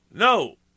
No